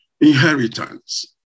inheritance